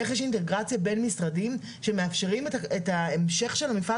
איך יש אינטגרציה בין משרדים שמאפשרת את המשך המפעל